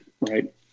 Right